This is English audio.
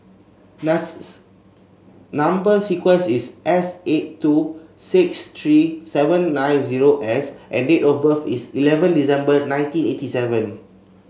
number sequence is S eight two six three seven nine zero S and date of birth is eleven December nineteen eighty seven